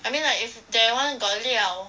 I mean like if that [one] got 料